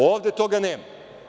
Ovde toga nema.